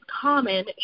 common